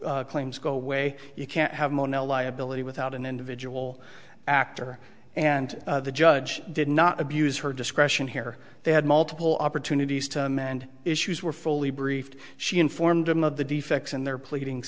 claims go away you can't have mono liability without an individual actor and the judge did not abuse her discretion here they had multiple opportunities to amend issues were fully briefed she informed them of the defects in their pleading